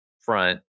front